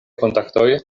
kontaktoj